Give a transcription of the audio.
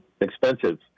expensive